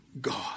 god